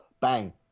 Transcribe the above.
bang